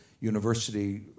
university